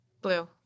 Blue